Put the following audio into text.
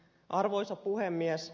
arvoisa puhemies